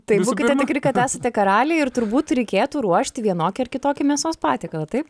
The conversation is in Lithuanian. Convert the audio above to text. tai būkite tikri kad esate karaliai ir turbūt reikėtų ruošti vienokį ar kitokį mėsos patiekalą taip